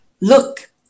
Look